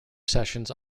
sessions